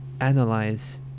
analyze